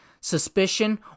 suspicion